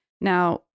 Now